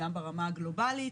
גם ברמה הגלובלית